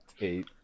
Eight